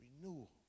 Renewal